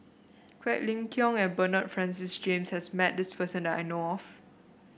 Quek Ling Kiong and Bernard Francis James has met this person that I know of